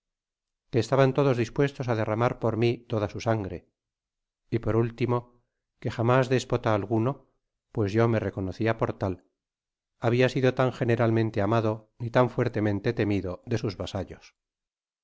quiy estaban todos dispuestos á derramar por mí toda su sangre y por último que jamás déspota alguno pues yo me reconocía por tal habia sido tan generalmente amado ni tas fuertemente temido de sus vasallos